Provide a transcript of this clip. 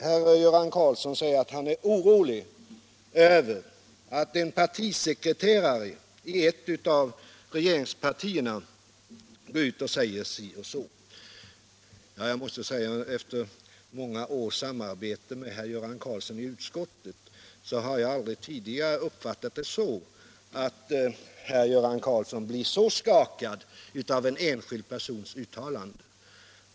Herr Göran Karlsson talar om att han är orolig över att en partisekreterare i ett av regeringspartierna går ut och säger si och så. Jag måste säga att jag under många års samarbete med herr Göran Karlsson i utskottet aldrig tidigare har uppfattat att herr Göran Karlsson blivit så skakad av en enskild persons uttalande.